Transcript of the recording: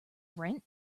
rent